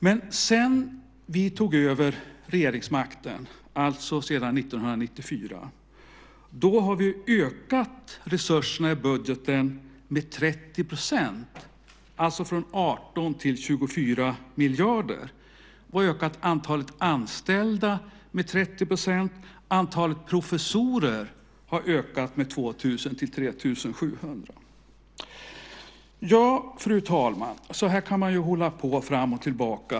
Men sedan vi tog över regeringsmakten, alltså sedan 1994, har vi ökat resurserna i budgeten med 30 %, alltså från 18 till 24 miljarder, och ökat antalet anställda med 30 %. Antalet professorer har ökat med 2 000 till 3 700. Fru talman! Ja, så här kan man hålla på fram och tillbaka.